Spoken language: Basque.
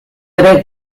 ere